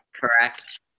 correct